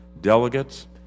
delegates